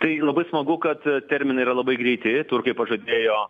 tai labai smagu kad terminai yra labai greiti turkai pažadėjo